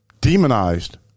demonized